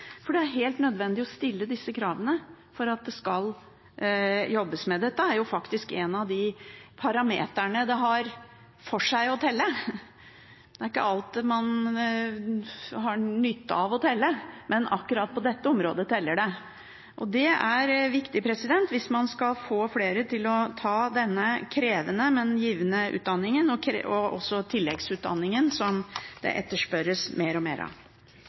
for det er helt nødvendig å stille disse kravene for at det skal jobbes med det. Dette er faktisk en av de parameterne det har noe for seg å telle. Det er ikke alt man har nytte av å telle, men akkurat på dette området teller det. Det er viktig hvis man skal få flere til å ta denne krevende, men givende utdanningen og også tilleggsutdanningen som etterspørres mer og mer.